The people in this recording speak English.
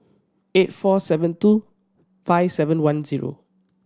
eight four seven two five seven one zero